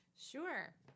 Sure